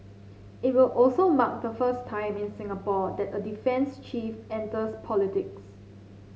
it will also mark the first time in Singapore that a defence chief enters politics